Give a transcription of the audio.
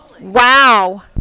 Wow